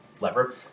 lever